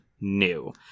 new